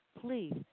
please